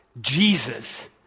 Jesus